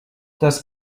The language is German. das